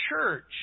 church